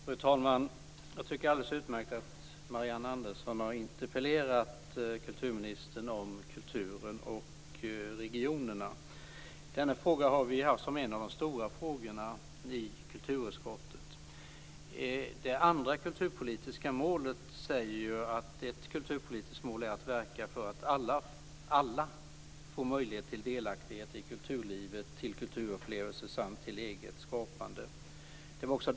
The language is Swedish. Fru talman! Det är alldeles utmärkt att Marianne Andersson har interpellerat kulturministern om kulturen och regionerna. Detta har varit en av de stora frågorna i kulturutskottet. I det andra kulturpolitiska målet sägs ju att ett mål är att verka för att alla, alla, får möjlighet till delaktighet i kulturlivet, till kulturupplevelser samt till eget skapande.